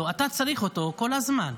לא, אתה צריך אותו כל הזמן.